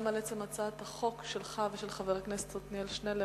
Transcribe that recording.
גם על עצם הצעת החוק שלך ושל חבר הכנסת עתניאל שנלר.